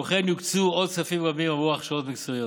כמו כן יוקצו עוד כספים רבים עבור הכשרות מקצועיות.